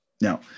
Now